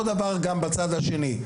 אותו דבר גם בצד השני.